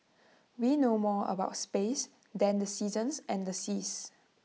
we know more about space than the seasons and the seas